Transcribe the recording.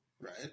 right